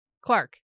Clark